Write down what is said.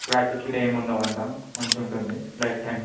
scratches గిట్ల ఏమి ఉండవు అంతా మంచిగా ఉంటుంది లైఫ్ టైమ్